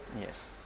yes